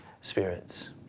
spirits